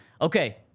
Okay